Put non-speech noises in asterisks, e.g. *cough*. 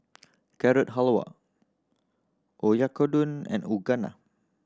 Carrot Halwa Oyakodon and *unintelligible*